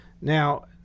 Now